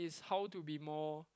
is how to be more